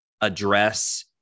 address